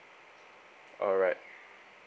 alright